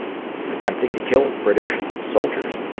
attempting to kill british soldiers.